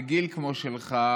בגיל כמו שלך,